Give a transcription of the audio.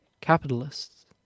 Capitalists